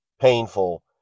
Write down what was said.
painful